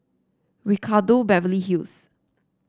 Ricardo Beverly Hills